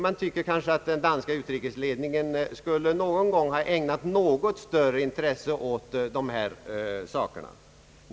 Man tycker kanske att den danska utrikesledningen någon gång borde ha ägnat större intresse åt denna sida av saken.